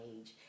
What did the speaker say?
age